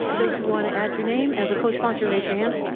those who want to add your name as a cosponsor raise your hand.